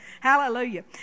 Hallelujah